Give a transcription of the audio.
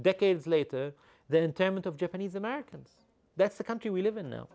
decades later there in terms of japanese americans that's the country we live in now